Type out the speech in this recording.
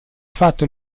fatto